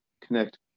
connect